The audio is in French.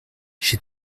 chez